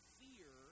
fear